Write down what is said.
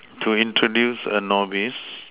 to introduce a novice